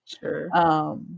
Sure